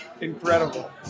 incredible